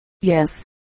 yes